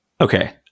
Okay